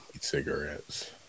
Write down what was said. cigarettes